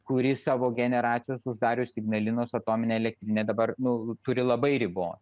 kuri savo generacijas uždarius ignalinos atominę elektrinę dabar nu turi labai ribot